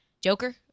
Joker